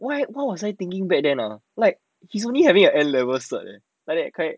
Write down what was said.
我我 suddenly thinking back then lah like he's only having an N levels certificate